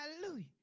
Hallelujah